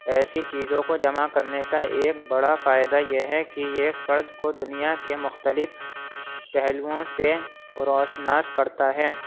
ایسی چیزوں کو جمع کرنے کا ایک بڑا فائدہ یہ ہے کہ یہ فرد کو دنیا کے مختلف پہلوؤں سے روشناس کرتا ہے